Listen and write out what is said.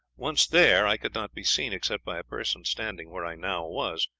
once there i could not be seen except by a person standing where i now was,